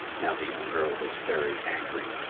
now, the young girl was very angry,